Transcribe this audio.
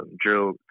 drill